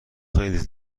خیلی